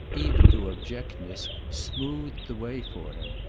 even to abjectness, smoothed the way for him.